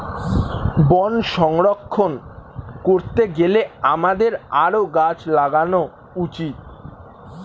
বন সংরক্ষণ করতে গেলে আমাদের আরও গাছ লাগানো উচিত